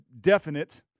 definite